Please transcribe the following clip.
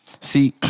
See